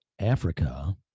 Africa